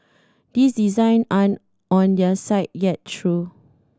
these design aren't on their site yet though